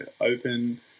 open